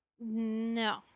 no